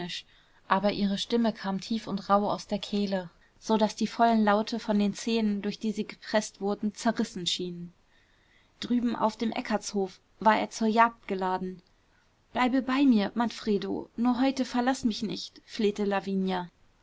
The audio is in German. aber ihre stimme kam tief und rauh aus der kehle so daß die vollen laute von den zähnen durch die sie gepreßt wurden zerrissen schienen drüben auf dem eckartshof war er zur jagd geladen bleibe bei mir manfredo nur heute verlaß mich nicht flehte lavinia